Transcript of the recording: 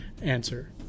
answer